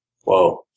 Whoa